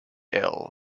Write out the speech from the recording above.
ill